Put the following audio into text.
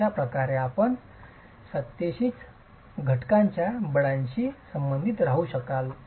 तर अशाप्रकारे आपण सत्तेशीच घटकांच्या बळांशी संबंधित राहू शकाल